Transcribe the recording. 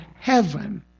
heaven